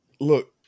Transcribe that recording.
look